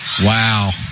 Wow